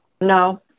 No